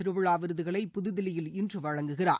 திருவிழா விருதுகளை புதுதில்லியில் இன்று வழங்குகிறார்